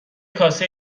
کاسه